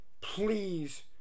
please